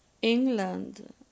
England